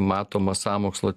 matoma sąmokslo